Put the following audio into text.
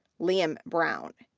liam brown,